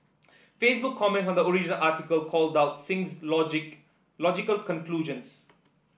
Facebook comments on the original article called out Singh's logic logical conclusions